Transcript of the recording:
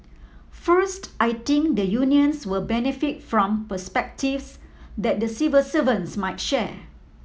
first I think the unions will benefit from perspectives that the civil servants might share